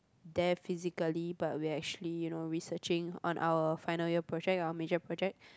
there physically but we're actually you know researching on our final year project our major project